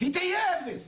היא תהיה אפס.